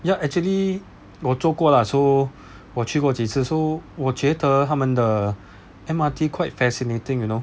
ya actually 我坐过 lah so 我去过几次 so 我觉得他们的 M_R_T quite fascinating you know